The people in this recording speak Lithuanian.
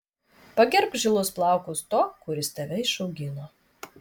pagerbk žilus plaukus to kuris tave išaugino